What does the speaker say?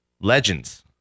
legends